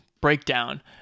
breakdown